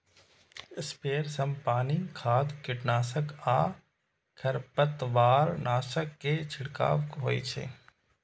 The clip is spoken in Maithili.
स्प्रेयर सं पानि, खाद, कीटनाशक आ खरपतवारनाशक के छिड़काव होइ छै